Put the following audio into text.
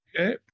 Okay